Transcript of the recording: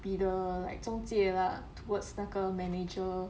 be the like 中介啦 towards 那个 manager